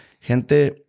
gente